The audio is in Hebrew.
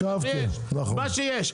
ואני קונה מה שיש.